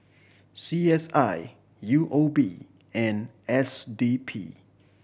C S I U O B and S D P